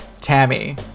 Tammy